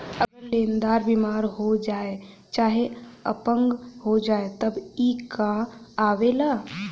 अगर लेन्दार बिमार हो जाए चाहे अपंग हो जाए तब ई कां आवेला